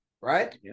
right